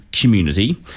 community